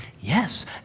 yes